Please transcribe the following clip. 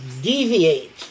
deviate